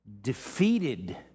defeated